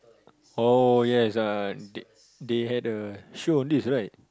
oh yes uh they they had a show on this right